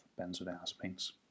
benzodiazepines